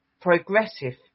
progressive